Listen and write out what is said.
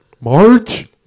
March